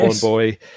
Boy